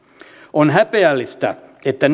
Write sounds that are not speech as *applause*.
on häpeällistä että *unintelligible*